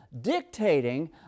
dictating